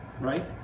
Right